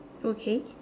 okay